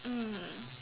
mm